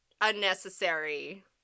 unnecessary